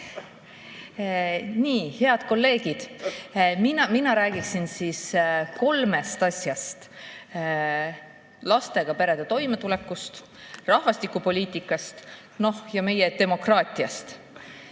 Aitäh! Head kolleegid! Mina räägin kolmest asjast: lastega perede toimetulekust, rahvastikupoliitikast ja meie demokraatiast.